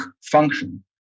function